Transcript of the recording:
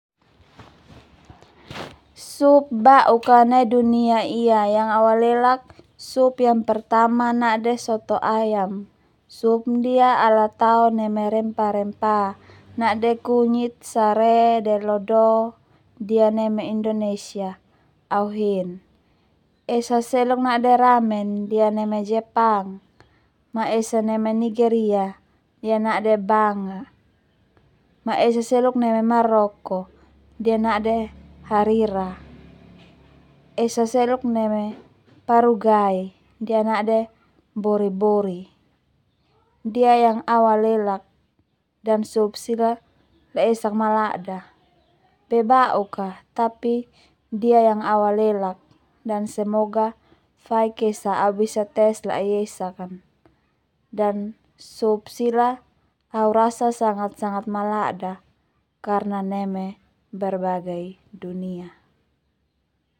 Sup bauk a nai dunia ia yang au alelak sup yang pertama nade soto ayam, sup ndia ala taon neme rempah-rempah nade kunyit, sare, delo do ndia neme Indonesia au hin. Esa seluk nade ramen ndia neme Jepang, ma esa neme Nigeria ndia Nade banga, ma esa seluk neme Maroko, ndia nade harira, esa seluk neme Paraguay ndia nade bori-bori ndia yang au alelak dan sup sila laiesak malada, be bauk tapi ndia yg au alelak dan semoga au bisa tes laiesak an, dan sup sila au rasa sangat sangat malada karna neme berbagi dunia.